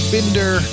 Binder